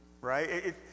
Right